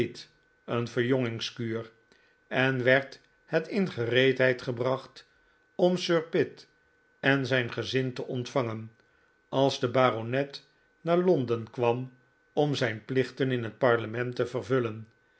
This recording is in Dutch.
een verjongingskuur en werd het in gereedheid gebracht om sir pitt en zijn gezin te ontvangen als de baronet naar londen kwam om zijn plichten in het parlement te vervullen